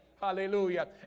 Hallelujah